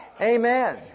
Amen